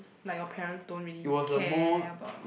like your parents don't really care about